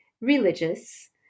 religious